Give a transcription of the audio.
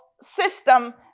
system